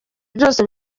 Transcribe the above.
byose